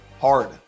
hard